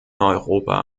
europa